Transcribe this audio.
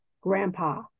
grandpa